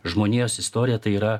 žmonijos istorija tai yra